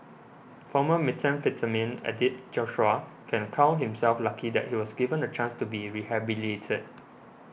former methamphetamine addict Joshua can count himself lucky that he was given a chance to be rehabilitated